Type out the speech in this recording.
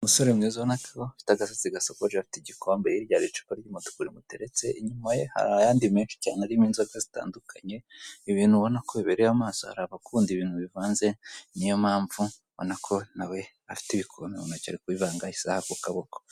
Umusore mwiza ubona ko afite agasatsi gasokoje afite igikombe, hirya hari icupa ry'umutuku rimuteretse inyuma ye hari ayandi menshi cyane arimo nzoga zitandukanye, ibintu ubona ko biberye amaso hari abakunda ibintu bivanze, ni yo mpamvu ubona ko na we afite ibikombe mu ntoki ari kubivanga, isaha ku kaboko.